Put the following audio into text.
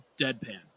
deadpan